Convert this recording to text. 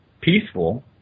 peaceful